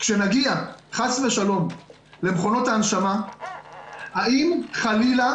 כשנגיע חס ושלום למכונות ההנשמה האם חלילה